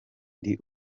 ndi